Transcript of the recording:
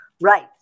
right